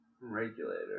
Regulator